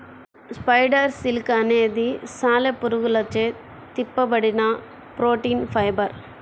spider silk అనేది సాలెపురుగులచే తిప్పబడిన ప్రోటీన్ ఫైబర్